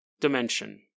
Dimension